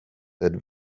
that